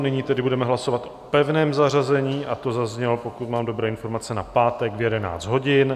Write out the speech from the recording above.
Nyní tedy budeme hlasovat o pevném zařazení, a to zaznělo, pokud mám dobré informace, na pátek v 11 hodin.